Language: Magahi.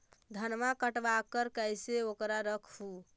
धनमा कटबाकार कैसे उकरा रख हू?